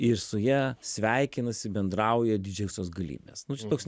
ir su ja sveikinasi bendrauja didžiosios galybės nu čia toks